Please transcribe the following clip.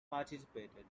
participated